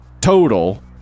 total